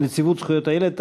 נציבות זכויות הילד,